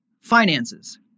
finances